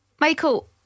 Michael